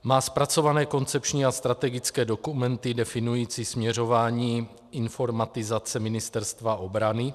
Má zpracované koncepční a strategické dokumenty definující směřování informatizace Ministerstva obrany.